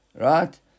Right